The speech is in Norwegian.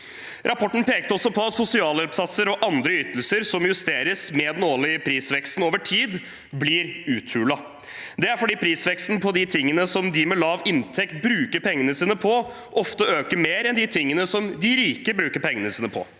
Rapporten pekte også på at sosialhjelpssatser og andre ytelser som justeres med den årlige prisveksten over tid, blir uthulet. Det er fordi prisveksten på de tingene som de med lav inntekt bruker pengene sine på, ofte øker mer enn på de tingene som de rike bruker pengene sine på.